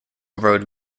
road